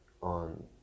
on